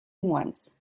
once